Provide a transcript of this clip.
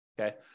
Okay